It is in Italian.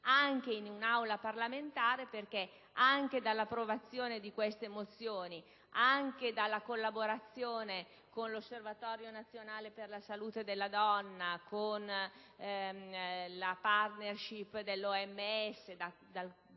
anche in un'Aula parlamentare. Infatti, anche dall'approvazione di queste mozioni, nonché dalla collaborazione con l'Osservatorio nazionale sulla salute della donna, con la *partnership* dell'OMS,